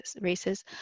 races